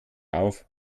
auf